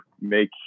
make